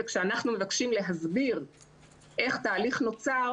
כשאנחנו מבקשים להסביר איך תהליך נוצר,